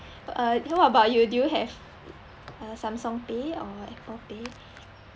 but uh what about you do you have uh Samsung Pay or Apple Pay